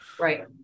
right